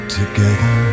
together